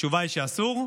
התשובה היא שאסור,